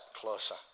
closer